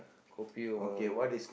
kopi O